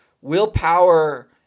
willpower